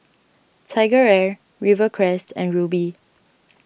TigerAir Rivercrest and Rubi